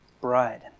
bride